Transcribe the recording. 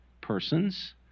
persons